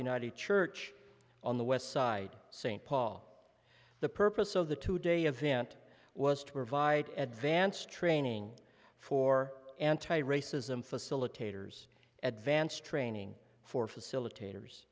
united church on the west side st paul the purpose of the two day event was to provide advance training for antiracism facilitators advance training for facilitators